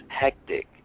hectic